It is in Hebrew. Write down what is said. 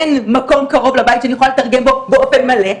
אין מקום קרוב לבית שאני יכולה לתרגם בו באופן מלא.